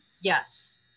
Yes